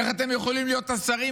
איך אתם יכולים להיות השרים?